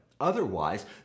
otherwise